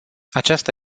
aceasta